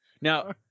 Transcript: Now